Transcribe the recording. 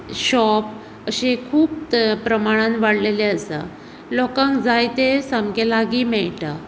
shop अशें खूब प्रमाणान वाडलेलें आसा लोकांक जाय तें सामकें लागीं मेळटा